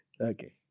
Okay